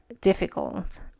difficult